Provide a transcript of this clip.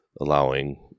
allowing